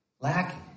lacking